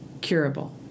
curable